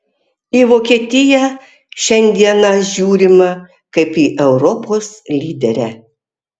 į vokietiją šiandieną žiūrima kaip į europos lyderę